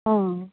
ओं